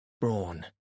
brawn